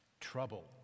trouble